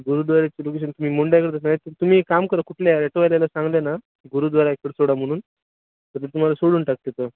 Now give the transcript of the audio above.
गुरुद्वाऱ्याची location तुम्ही तुम्ही काम करा कुठल्या ॲटोवाल्याला सांगलं ना गुरुद्वारा इकडं सोडा म्हणून त ते तुम्हाला सोडून टाकतात